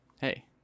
Hey